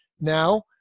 now